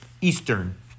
Eastern